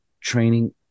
training